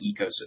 ecosystem